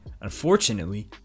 Unfortunately